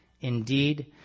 Indeed